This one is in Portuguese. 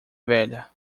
velha